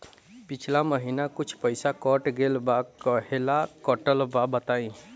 पिछला महीना कुछ पइसा कट गेल बा कहेला कटल बा बताईं?